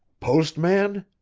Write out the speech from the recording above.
post man?